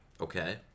Okay